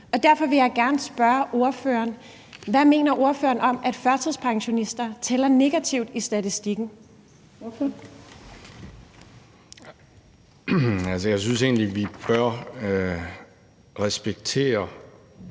Derfor vil jeg gerne spørge ordføreren: Hvad mener ordføreren om, at førtidspensionister tæller negativt i statistikken? Kl. 18:30 Fjerde næstformand